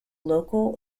local